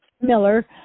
Miller